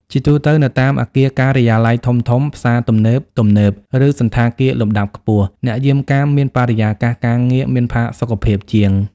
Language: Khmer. ជាទូទៅ នៅតាមអគារការិយាល័យធំៗ ផ្សារទំនើបទំនើប ឬសណ្ឋាគារលំដាប់ខ្ពស់ អ្នកយាមកាមមានបរិយាកាសការងារមានផាសុកភាពជាង។